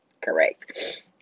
Correct